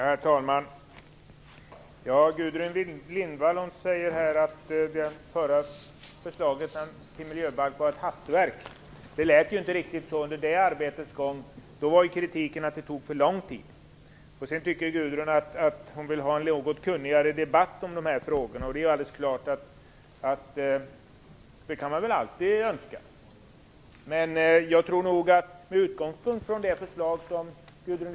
Herr talman! Gudrun Lindvall säger här att den förra regeringens förslag till miljöbalk var ett hastverk. Det lät inte riktigt så under det arbetets gång. Då gick kritiken ut på att det tog för lång tid. Gudrun Lindvall säger vidare att hon vill ha en något kunnigare debatt om de här frågorna, och det kan man ju alltid önska. Gudrun Lindvall vill utgå från förslaget från Miljöskyddskommittén, som vi alla egentligen bygger på.